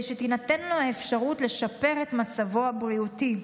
שתינתן לו האפשרות לשפר את מצבו הבריאותי.